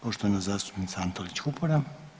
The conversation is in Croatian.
Poštovana zastupnica Antolić Vupora.